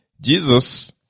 Jesus